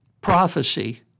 Prophecy